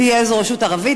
תהיה זו רשות ערבית,